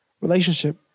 relationship